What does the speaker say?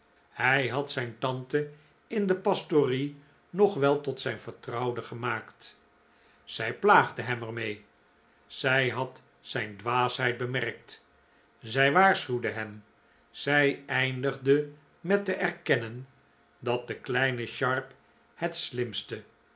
hij had zijn tante in de pastorie nog wel tot zijn vertrouwde gemaakt zij plaagde hem er mee zij had zijn dwaasheid bemerkt zij waarschuwde hem zij eindigde met te erkennen dat de kleine sharp het slimste